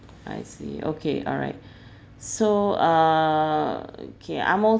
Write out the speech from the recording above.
I see okay alright so uh okay I'm